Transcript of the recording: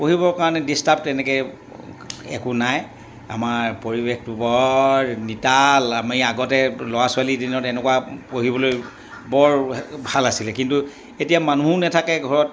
পঢ়িবৰ কাৰণে ডিষ্টাৰ্ব তেনেকৈ একো নাই আমাৰ পৰিৱেশটো বৰ নিতাল আমি আগতে ল'ৰা ছোৱালীৰ দিনত এনেকুৱা পঢ়িবলৈ বৰ ভাল আছিলে কিন্তু এতিয়া মানুহো নাথাকে ঘৰত